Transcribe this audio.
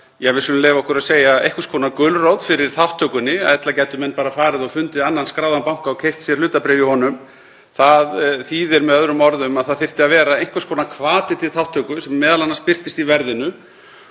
ja, við skulum leyfa okkur að segja einhvers konar gulrót fyrir þátttökunni, ella gætu menn bara farið og fundið annan skráðan banka og keypt sér hlutabréf í honum. Það þýðir með öðrum orðum að það þyrfti að vera einhvers konar hvati til þátttöku sem m.a. birtist í verðinu.